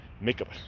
makeup